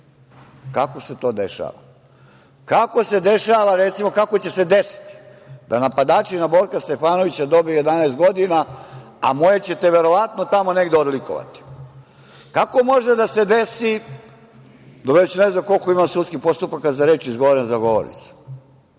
Kako se to dešava? Kako se dešava, recimo, kako će se desiti da napadači na Borka Stefanovića dobiju 11 godina, a moje ćete verovatno tamo negde odlikovati? Kako može da se desi, dovešću, ne znam koliko imam sudskih postupaka za reči izgovorene za govornicom?